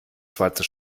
schwarze